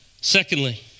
Secondly